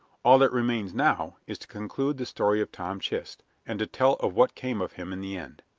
all that remains now is to conclude the story of tom chist, and to tell of what came of him in the end.